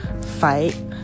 fight